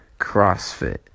crossfit